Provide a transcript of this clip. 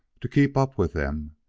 to keep up with them,